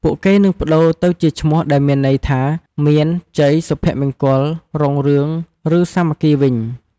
ពួកគេនឹងប្ដូរទៅជាឈ្មោះដែលមានន័យថា "មាន" "ជ័យ" "សុភមង្គល" "រុងរឿង" ឬ "សាមគ្គី" វិញ។